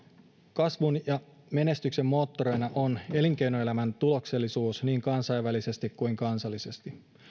kasvun ja menestyksen moottorina on elinkeinoelämän tuloksellisuus niin kansainvälisesti kuin kansallisesti